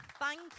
thank